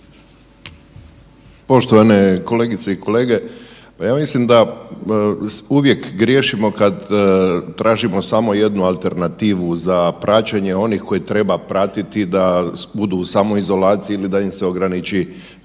Poštovane kolegice i kolege, pa ja mislim da uvijek griješimo kad tražimo samo jednu alternativu za praćenje onih koje treba pratiti da budu u samoizolaciji ili da im se ograniči